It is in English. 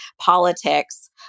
Politics